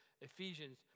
Ephesians